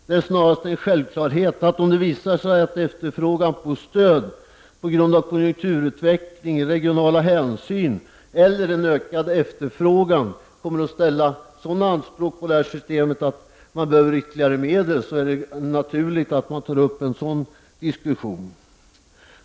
Det är snarast en självklarhet, att om det visar sig att efterfrågan på stöd på grund av konjunkturutveckling, regionala hänsyn eller ökad efterfrågan, kommer att ställa sådana anspråk på systemet att det behövs ytterligare medel är det naturligt att det tas upp en diskussion.